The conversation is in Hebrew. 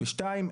ושתיים,